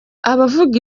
abavuga